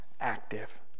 active